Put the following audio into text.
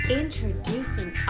introducing